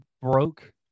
broke